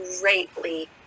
greatly